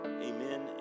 Amen